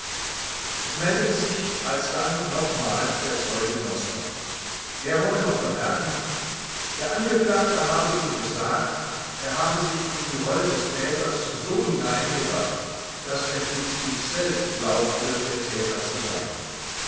es meldete sich alsdann nochmals der zeuge noster er wolle noch bemerken der angeklagte habe ihm gesagt er habe sich in die rolle des täters so hineingedacht daß er schließlich selbst glaube der täter zu sein